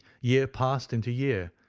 year passed into year,